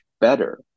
better